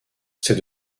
c’est